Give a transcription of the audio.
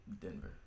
Denver